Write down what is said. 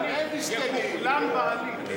יכוחלן בעליל.